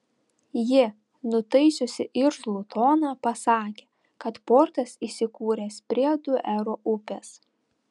ji nutaisiusi irzlų toną pasakė kad portas įsikūręs prie duero upės